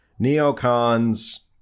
neocons